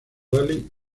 rally